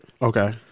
Okay